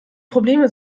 probleme